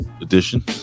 edition